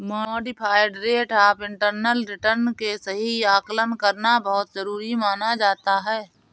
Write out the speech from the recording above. modified rate of internal return के सही आकलन करना बहुत जरुरी माना जाता है